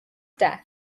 death